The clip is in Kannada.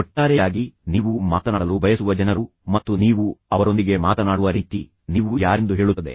ಒಟ್ಟಾರೆಯಾಗಿ ನೀವು ಮಾತನಾಡಲು ಬಯಸುವ ಜನರು ಮತ್ತು ನೀವು ಅವರೊಂದಿಗೆ ಮಾತನಾಡುವ ರೀತಿ ನೀವು ಯಾರೆಂದು ಹೇಳುತ್ತದೆ